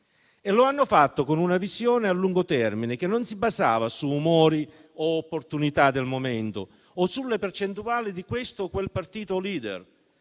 E lo hanno fatto con una visione a lungo termine che non si basava su umori o opportunità del momento o sulle percentuali di questo o quel partito *leader*,